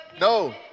No